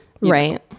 right